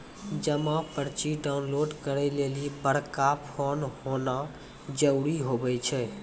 जमा पर्ची डाउनलोड करे लेली बड़का फोन होना जरूरी हुवै छै